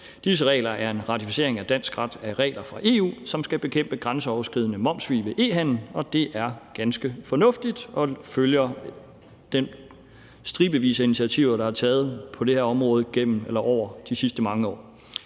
Disse regler er en ratificering i dansk ret af regler fra EU, som skal bekæmpe grænseoverskridende momssvig ved e-handel, og det er ganske fornuftigt, og det følger de stribevis af initiativer, der er taget på det her område over de sidste mange år.